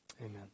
Amen